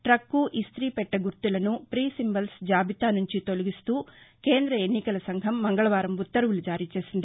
tuck ఇస్తీపెట్టె గుర్తులను free symbols జాబితా నుంచి తొలగిస్తూ కేంద ఎన్నకల సంఘం మంగళవారం ఉత్తర్వులు జారీచేసింది